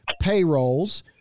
payrolls